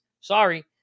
Sorry